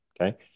Okay